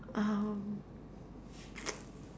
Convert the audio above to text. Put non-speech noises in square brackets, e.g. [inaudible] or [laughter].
[breath] um